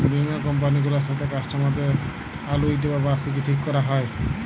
বীমা কমপালি গুলার সাথে কাস্টমারদের আলুইটি বা বার্ষিকী ঠিক ক্যরা হ্যয়